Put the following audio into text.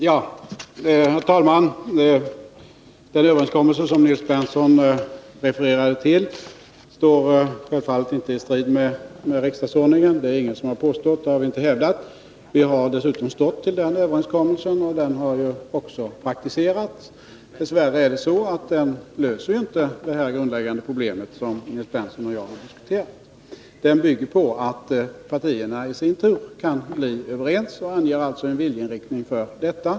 Herr talman! Den överenskommelse som Nils Berndtson refererade till står självfallet inte i strid med riksdagsordningen. Ingen har påstått det. Vi har dessutom stått fast vid den överenskommelsen och vi har också praktiserat den. Dess värre löser den inte det grundläggande problem som Nils Berndtson och jag har diskuterat. Den bygger på att partierna i sin tur kan bli överens och anger alltså en viljeinriktning för detta.